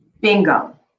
bingo